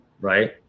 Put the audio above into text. right